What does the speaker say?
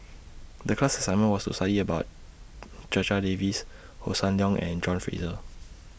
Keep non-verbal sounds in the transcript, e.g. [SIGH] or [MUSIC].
[NOISE] The class assignment was to study about Checha Davies Hossan Leong and John Fraser